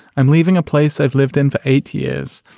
i'm leaving a place i've lived in for eight years,